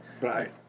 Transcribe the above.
Right